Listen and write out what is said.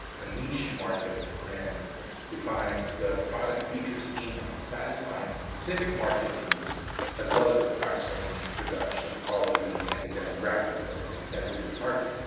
a niche market brand defines the product features, aim at the satisfying specific market needs as well as the price range, production quality, and the demographics that is intended to target.